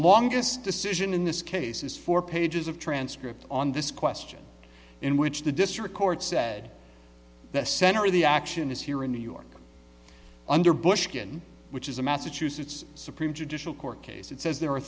longest decision in this case is four pages of transcript on this question in which the district court said the center of the action is here in new york under bush in which is the massachusetts supreme judicial court case it says there are